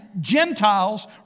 Gentiles